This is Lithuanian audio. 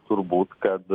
turbūt kad